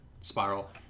spiral